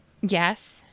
Yes